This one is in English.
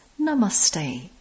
Namaste